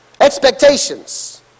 Expectations